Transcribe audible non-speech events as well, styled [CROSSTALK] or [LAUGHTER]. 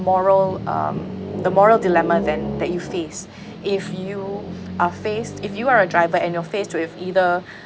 moral uh the moral dilemma then that you faced [BREATH] if you are faced if you are a driver and you're faced with either